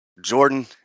Jordan